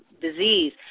disease